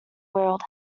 world